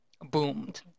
boomed